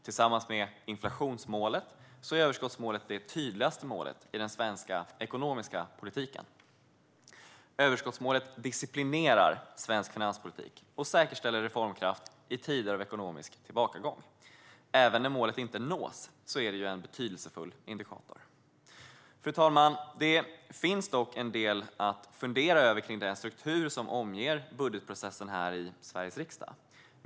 Tillsammans med inflationsmålet är överskottsmålet det tydligaste målet i den svenska ekonomiska politiken. Överskottsmålet disciplinerar svensk finanspolitik och säkerställer reformkraft i tider av ekonomisk tillbakagång. Även när målet inte nås är det en betydelsefull indikator. Fru talman! Det finns dock en del att fundera över kring den struktur som omger budgetprocessen här i Sveriges riksdag.